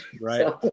Right